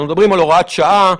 מדברים על הוראת שעה,